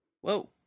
Whoa